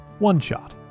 OneShot